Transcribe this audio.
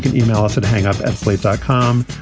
can e-mail us at hang-up at slate dot com.